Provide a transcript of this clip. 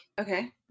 okay